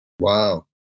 Wow